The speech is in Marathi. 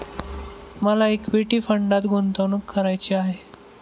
मला इक्विटी फंडात गुंतवणूक करायची आहे